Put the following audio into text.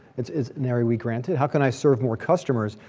it's it's narrowly granted. how can i serve more customers?